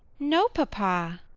no, papa.